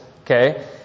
okay